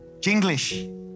Jinglish